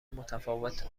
متفاوته